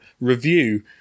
review